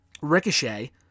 Ricochet